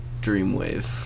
Dreamwave